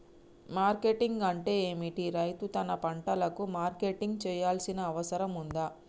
Marketing అంటే ఏమిటి? రైతు తన పంటలకు మార్కెటింగ్ చేయాల్సిన అవసరం ఉందా?